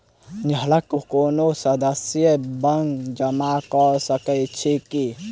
घरक कोनो सदस्यक बिल जमा कऽ सकैत छी की?